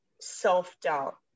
self-doubt